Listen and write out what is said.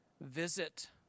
visit